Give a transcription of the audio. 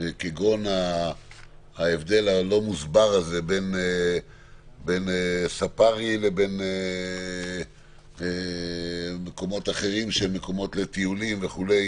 כגון ההבדל הלא-מוסבר הזה בין ספארי לבין מקומות אחרים לטיולים וכו'